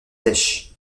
tech